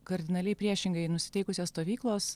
kardinaliai priešingai nusiteikusios stovyklos